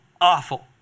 awful